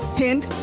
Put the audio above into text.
hint.